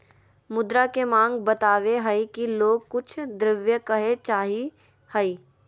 मुद्रा के माँग बतवय हइ कि लोग कुछ द्रव्य काहे चाहइ हइ